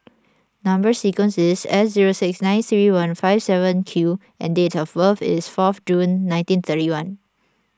Number Sequence is S zero six nine three one five seven Q and date of birth is fourth June nineteen thirty one